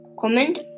Comment